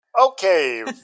Okay